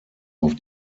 auf